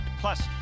Plus